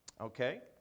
Okay